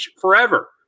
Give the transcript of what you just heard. forever